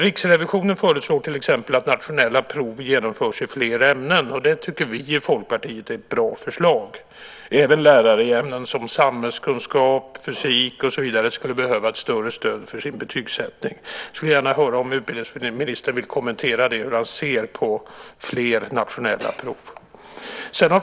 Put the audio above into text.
Riksrevisionen föreslår till exempel att nationella prov genomförs i fler ämnen. Det tycker vi i Folkpartiet är ett bra förslag. Även lärare i ämnen som samhällskunskap, fysik och så vidare skulle behöva ett större stöd för sin betygssättning. Jag skulle gärna höra utbildningsministern kommentera hur han ser på fler nationella prov.